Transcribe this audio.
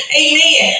amen